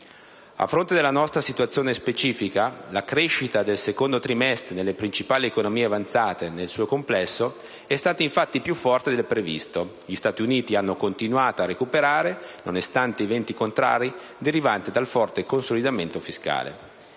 A fronte della nostra situazione specifica, la crescita del secondo trimestre nelle principali economie avanzate nel suo complesso è stata, infatti, più forte del previsto. Gli Stati Uniti hanno continuato a recuperare, nonostante i venti contrari derivanti dal forte consolidamento fiscale.